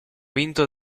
vinto